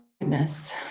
goodness